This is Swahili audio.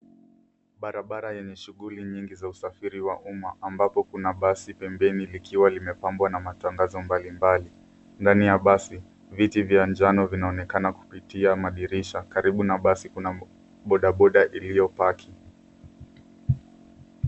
Barabara yenye shuguli nyingi za usafiri wa umma ambapo kuna basi pembeni likiwa limepambwa na matangazo mbalimbali. Ndani ya basi viti vya njano vinaonekana kupitia madirisha. Karibu na basi, kuna bodaboda iliyopaki.